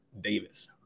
Davis